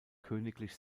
königlich